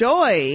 Joy